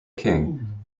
king